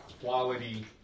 quality